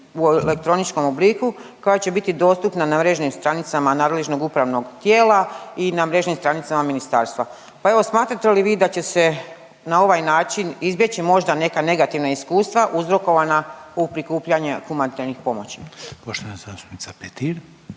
u elektroničkom obliku koja će biti dostupna na mrežnim stranicama nadležnog upravnog tijela i na mrežnim stranicama ministarstva. Pa evo smatrate li vi da će se na ovaj način izbjeći možda neka negativna iskustva uzrokovana u prikupljanju humanitarnih pomoći? **Reiner,